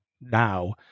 now